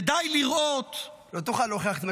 ודי לראות כיצד --- לא תוכל להוכיח את מה